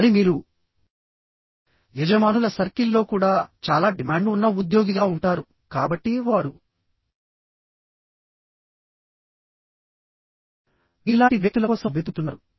మరి మీరు యజమానుల సర్కిల్లో కూడా చాలా డిమాండ్ ఉన్న ఉద్యోగిగా ఉంటారు కాబట్టి వారు మీలాంటి వ్యక్తుల కోసం వెతుకుతున్నారు